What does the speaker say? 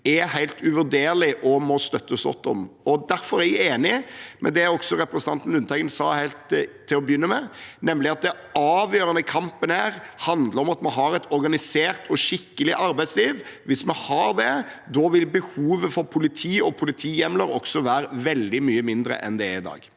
er helt uvurderlig og må støttes opp om. Derfor er jeg enig i det representanten Lundteigen sa helt til å begynne med, nemlig at det avgjørende i denne kampen handler om at vi har et organisert og skikkelig arbeidsliv. Hvis vi har det, vil behovet for politi og politihjemler være veldig mye mindre enn det er i dag.